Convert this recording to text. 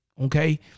okay